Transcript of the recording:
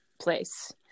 place